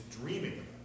dreaming